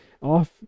off